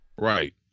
right